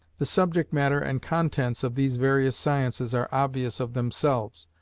the subject matter and contents of these various sciences are obvious of themselves,